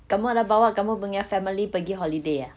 kamu ada bawa kamu punya family pergi holiday ah